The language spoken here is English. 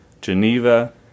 Geneva